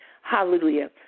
Hallelujah